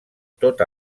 tot